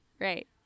Right